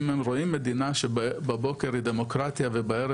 אם הם הרואים מדינה שבבוקר היא דמוקרטיה ובערב